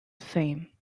fame